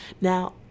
Now